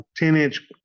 10-inch